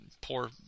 poor